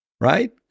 right